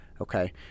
Okay